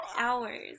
hours